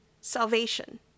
salvation